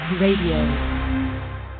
radio